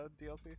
DLC